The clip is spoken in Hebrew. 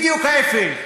בדיוק ההפך,